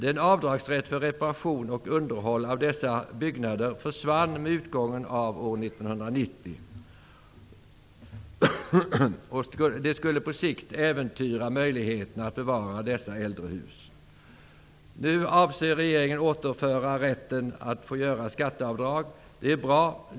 Den avdragsrätt för reparation och underhåll av dessa byggnader som försvann vid utgången av år 1990 skulle på sikt äventyra möjligheterna att bevara dessa äldre hus. Nu avser regeringen att återföra rätten att få göra skatteavdrag. Det är bra.